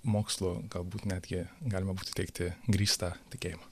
mokslu galbūt netgi galima būtų teigti grįstą tikėjimą